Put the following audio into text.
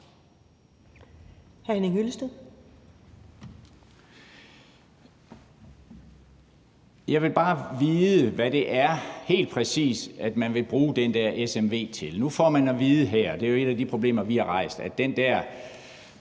Jeg vil bare gerne vide, hvad det helt præcis er, man vil bruge den der smv til. Nu får man at vide her – det er jo et af de problemer, vi har rejst – at den der